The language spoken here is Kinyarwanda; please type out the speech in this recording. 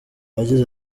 yagize